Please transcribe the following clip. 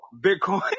Bitcoin